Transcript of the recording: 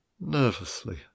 Nervously